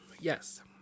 Yes